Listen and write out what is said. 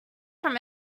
from